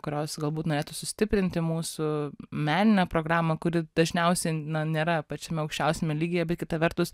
kurios galbūt norėtų sustiprinti mūsų meninę programą kuri dažniausiai na nėra pačiame aukščiausiame lygyje bet kita vertus